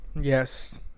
Yes